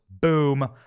Boom